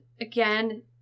Again